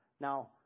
Now